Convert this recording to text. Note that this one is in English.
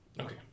Okay